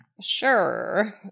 sure